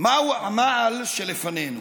מהו המעל שלפנינו?